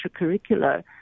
extracurricular